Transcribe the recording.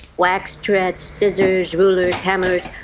wax thread, scissors, rulers, hammers,